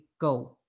Go